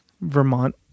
Vermont